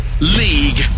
League